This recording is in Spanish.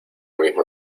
mismo